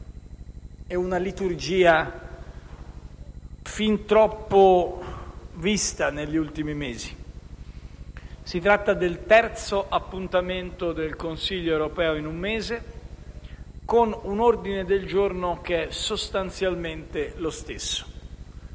e una liturgia fin troppo visti negli ultimi mesi. Si tratta del terzo appuntamento del Consiglio europeo in un mese, con un ordine del giorno che è sostanzialmente lo stesso.